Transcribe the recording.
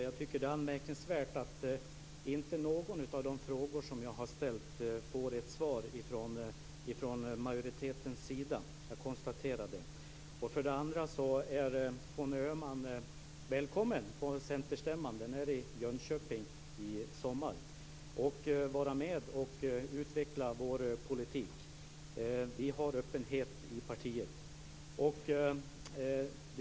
Fru talman! Det är anmärkningsvärt att jag från majoriteten inte får svar på någon av de frågor som jag har ställt. Jag konstaterar det. Conny Öhman är välkommen att vara med på centerstämman - den hålls i Jönköping i sommar - och utveckla vår politik. Vi har öppenhet i partiet.